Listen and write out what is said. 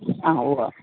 ആ ഉവ്വ്